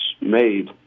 made